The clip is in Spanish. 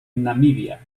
namibia